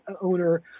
owner